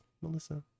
Melissa